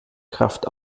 kraft